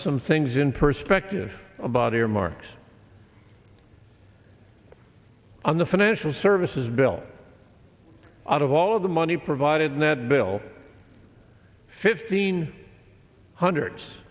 some things in perspective about earmarks on the financial services bill out of all of the money provided in that bill fifteen hundreds